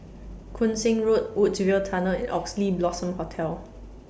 Koon Seng Road Woodsville Tunnel and Oxley Blossom Hotel